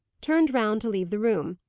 turned round to leave the room,